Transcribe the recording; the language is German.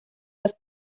das